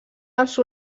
els